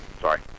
Sorry